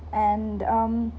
and um